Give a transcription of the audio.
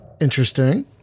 Interesting